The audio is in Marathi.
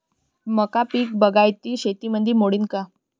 मका पीक बागायती शेतीमंदी मोडीन का?